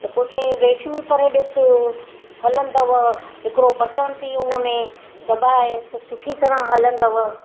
त पो चईं रेशमी करे ॾिस हलंदव हिकिड़ो बटन थी हुनमें दबाए त सुठी तरह हलंदव